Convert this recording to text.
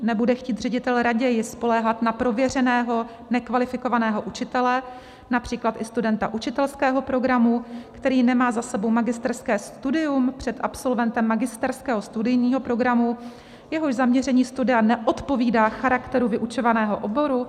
Nebude chtít ředitel raději spoléhat na prověřeného nekvalifikovaného učitele, například i studenta učitelského programu, který za sebou nemá magisterské studium, před absolventem magisterského studijního programu, jehož zaměření studia neodpovídá charakteru vyučovaného oboru?